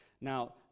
Now